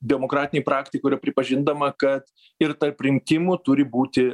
demokratinėj praktikoj yra pripažindama kad ir tarp rinkimų turi būti